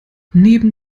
neben